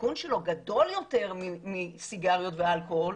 הסיכון שלו גדול יותר מסיגריות ואלכוהול,